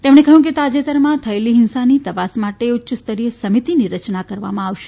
તેમણે કહ્યું કે તાજેતરમાં થયેલી ફિંસાની તપાસ માટે ઉચ્ચસ્તરીય સમિતિની રચના કરવામાં આવશે